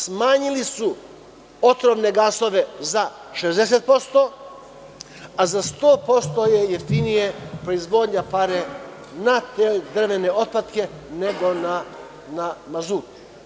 Smanjili su otrovne gasove za 50%, a za 100% je jeftinija proizvodnja pare na te drvene otpatke nego na mazut.